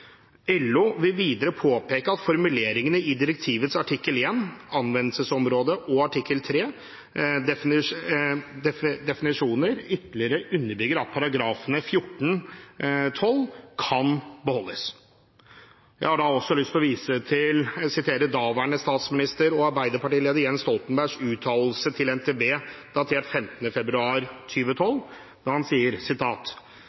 vil videre peke på at formuleringene i direktivets artikkel 1 – anvendelsesområde og artikkel 3 – definisjoner ytterligere underbygger at § 14-12 kan beholdes.» Jeg har også lyst til å sitere daværende statsminister og arbeiderpartileder Jens Stoltenbergs uttalelse til NTB, datert 15. februar